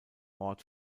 ort